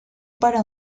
para